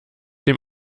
dem